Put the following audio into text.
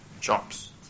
Jobs